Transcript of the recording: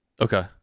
Okay